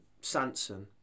Sanson